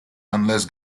unless